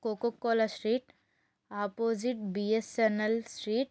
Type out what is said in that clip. coco cola street opposite BSNL street